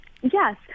yes